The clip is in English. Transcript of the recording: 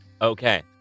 Okay